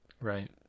Right